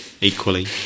equally